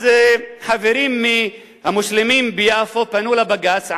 אז חברים מהמוסלמים ביפו פנו לבג"ץ,